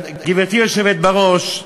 גברתי היושבת בראש,